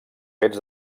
fets